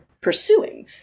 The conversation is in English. pursuing